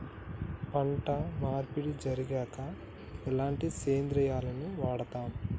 పంట మార్పిడి జరిగాక ఎలాంటి సేంద్రియాలను వాడుతం?